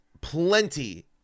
plenty